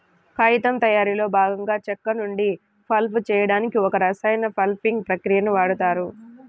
కాగితం తయారీలో భాగంగా చెక్క నుండి పల్ప్ చేయడానికి ఒక రసాయన పల్పింగ్ ప్రక్రియని వాడుతారు